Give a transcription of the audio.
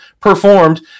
performed